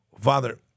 Father